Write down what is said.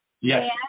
Yes